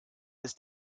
ist